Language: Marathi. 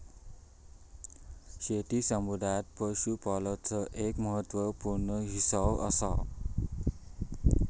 शेती समुदायात पशुपालनाचो एक महत्त्व पूर्ण हिस्सो असा